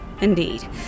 Indeed